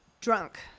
drunk